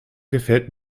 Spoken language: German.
gefällt